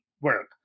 work